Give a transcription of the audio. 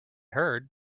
heard